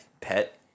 pet